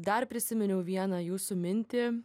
dar prisiminiau vieną jūsų mintį